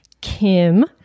Kim